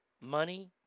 money